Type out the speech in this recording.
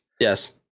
yes